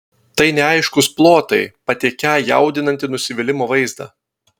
tai neaiškūs plotai patiekią jaudinantį nusivylimo vaizdą